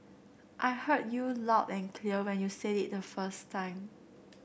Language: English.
I heard you loud and clear when you said it the first time